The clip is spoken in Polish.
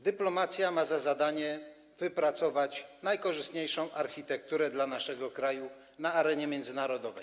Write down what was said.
Dyplomacja ma za zadanie wypracować najkorzystniejszą architekturę dla naszego kraju na arenie międzynarodowej.